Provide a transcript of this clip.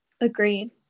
Agreed